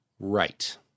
Right